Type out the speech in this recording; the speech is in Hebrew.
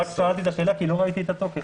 רק שאלתי את השאלה כי לא ראיתי את התוקף.